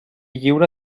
lliure